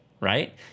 right